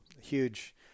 huge